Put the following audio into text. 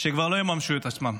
שכבר לא יממשו את עצמם.